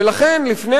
ולכן, לפני